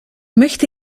möchte